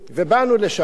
באנו לשם,